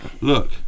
look